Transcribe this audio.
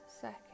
second